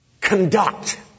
conduct